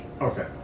Okay